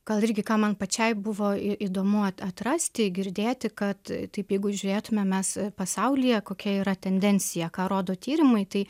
gal irgi ką man pačiai buvo įdomu atrasti girdėti kad taip jeigu žiūrėtume mes pasaulyje kokia yra tendencija ką rodo tyrimai tai